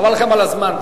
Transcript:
חבל לכם על הזמן.